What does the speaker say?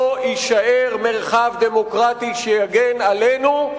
לא יישאר מרחב דמוקרטי שיגן עלינו,